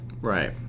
Right